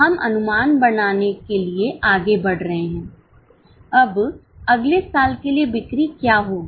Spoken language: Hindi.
अब हम अनुमान बनाने के लिए आगे बढ़ रहे हैं अब अगले साल के लिए बिक्री क्या होगी